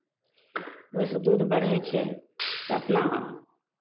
ओहिसँ दूध बढ़ै छै तऽ अपना